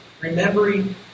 Remembering